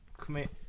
commit